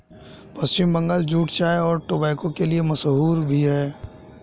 पश्चिम Bangal jute चाय और tobacco के लिए भी मशहूर है